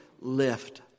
lift